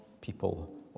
people